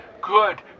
Good